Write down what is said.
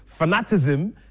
fanatism